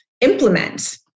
implement